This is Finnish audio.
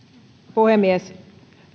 puhemies